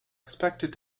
expected